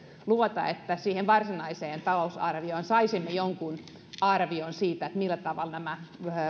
luvata että siihen varsinaiseen talousarvioon saisimme jonkun arvion siitä millä tavalla nämä